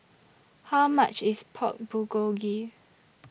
How much IS Pork Bulgogi